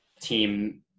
team